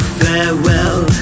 farewell